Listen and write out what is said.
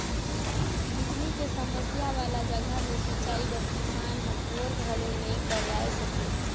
बिजली के समस्या वाला जघा मे सिंचई बर किसान हर बोर घलो नइ करवाये सके